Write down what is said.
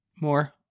more